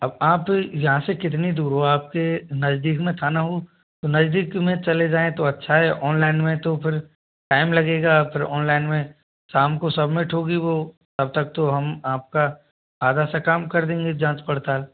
अब आप यहाँ से कितनी दूर हो आपके नजदीक में थाना हो तो नजदीक में चले जाएँ तो अच्छा है ऑनलाइन में तो फिर टाइम लगेगा फिर ऑनलाइन में शाम को सबमिट होगी वो तब तक तो हम आपका आधा सा कम कर देंगे जाँच पड़ताल